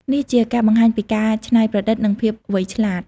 នេះជាការបង្ហាញពីការច្នៃប្រឌិត និងភាពវៃឆ្លាត។